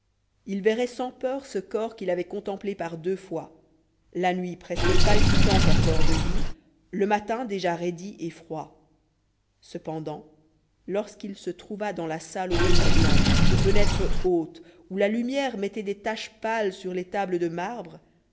il verrait sans peur ce corps qu'il avait contemplé par deux fois la nuit presque palpitant encore de vie le matin déjà raidi et froid cependant lorsqu'il se trouva dans la salle aux murs blancs aux fenêtres hautes où la lumière mettait des taches pâles sur les tables de marbre